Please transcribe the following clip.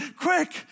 Quick